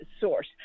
source